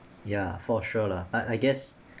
ya for sure lah but I guess